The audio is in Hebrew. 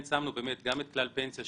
אנחנו שמנו גם את כלל פנסיה,